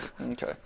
Okay